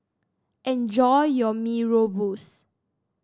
enjoy your Mee Rebus